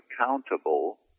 accountable